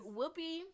Whoopi